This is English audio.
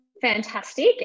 fantastic